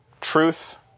truth